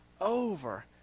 over